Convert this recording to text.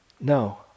no